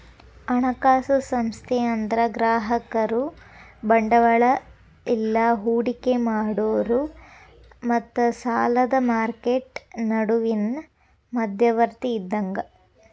ಹಣಕಾಸು ಸಂಸ್ಥೆ ಅಂದ್ರ ಗ್ರಾಹಕರು ಬಂಡವಾಳ ಇಲ್ಲಾ ಹೂಡಿಕಿ ಮಾಡೋರ್ ಮತ್ತ ಸಾಲದ್ ಮಾರ್ಕೆಟ್ ನಡುವಿನ್ ಮಧ್ಯವರ್ತಿ ಇದ್ದಂಗ